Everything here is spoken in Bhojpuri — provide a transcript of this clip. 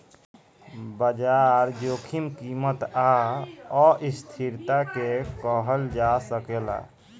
बाजार जोखिम कीमत आ अस्थिरता के कहल जा सकेला